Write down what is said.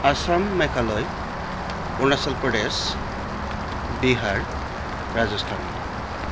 Assam Meghalaya Arunachal Pradesh Bihar Rajasthan